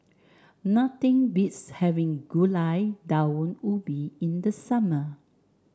nothing beats having Gulai Daun Ubi in the summer